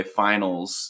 finals